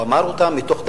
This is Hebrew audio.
הוא אמר אותם מתוך דאגה,